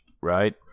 right